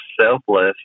selfless